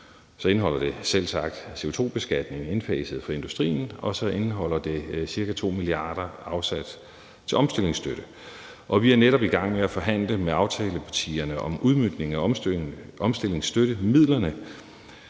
indeholder det selvsagt CO2-beskatning indfaset for industrien, dels indeholder det cirka 2 mia. kr. afsat til omstillingsstøtte. Vi er netop i gang med at forhandle med aftalepartierne om udmøntning af omstillingsstøttemidlerne,